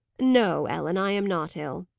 no, ellen, i am not ill.